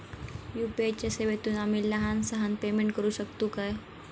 UPI च्या सेवेतून आम्ही लहान सहान पेमेंट करू शकतू काय?